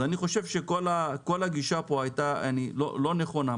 אז אני חושב שכל הגישה הייתה פה לא נכונה.